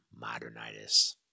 modernitis